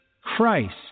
Christ